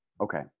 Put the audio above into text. Okay